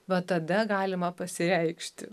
vat tada galima pasireikšti